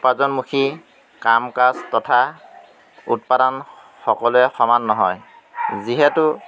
উপাৰ্জনমুখী কাম কাজ তথা উৎপাদন সকলোৰে সমান নহয় যিহেতু